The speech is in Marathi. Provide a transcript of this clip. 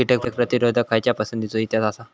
कीटक प्रतिरोधक खयच्या पसंतीचो इतिहास आसा?